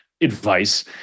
advice